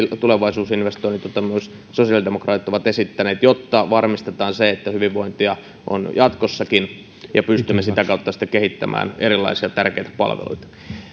tulevaisuusinvestoinnit joita myös sosiaalidemokraatit ovat esittäneet jotta varmistetaan se että hyvinvointia on jatkossakin ja pystymme sitä kautta sitten kehittämään erilaisia tärkeitä palveluita